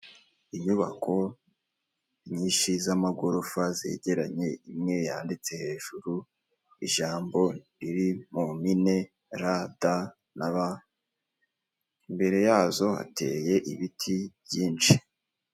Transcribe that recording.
Inyubako nyinshi z'amagorofa zegeranye imwe yanditse hejuru ijambo riri mupine r ,t na b. Imbere yazo hateye ibiti byinshi.